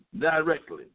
directly